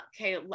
okay